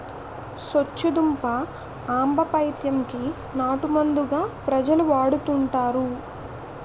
సొచ్చుదుంప ఆంబపైత్యం కి నాటుమందుగా ప్రజలు వాడుతుంటారు